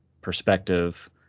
perspective